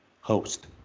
host